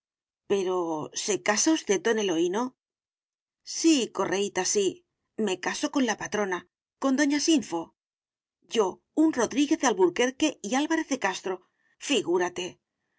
pero se casa usted don eloíno sí correíta sí me caso con la patrona con doña sinfo yo un rodríguez de alburquerque y álvarez de castro figúrate